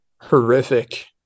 horrific